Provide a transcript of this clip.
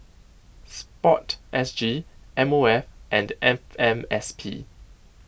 Sport S G M O F and F M S P